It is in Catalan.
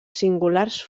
singulars